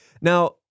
now